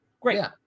great